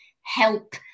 help